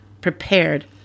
prepared